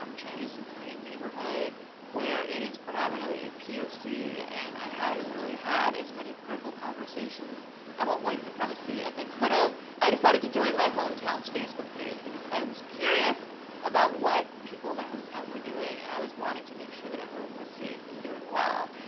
um chinese and korean neighborhood where it is predominantly poc. ah and i hadn't really had as many critical conversations about white supremacy as i could have. i decided to join my hometown's facebook page because i was curious about what people in my hometown were doing. and i was wanting to make sure that everyone was safe and doing well.